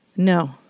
No